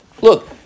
Look